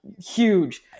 huge